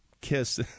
kiss